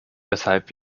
weshalb